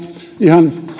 ihan